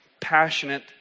passionate